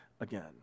again